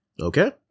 Okay